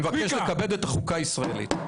אני מבקש לכבד את החוקה הישראלית.